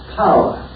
power